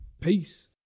peace